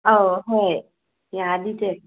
ꯑꯧ ꯍꯣꯏ ꯌꯥꯅꯤ ꯆꯦ